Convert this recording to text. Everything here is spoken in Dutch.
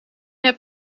hebt